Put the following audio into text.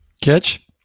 Catch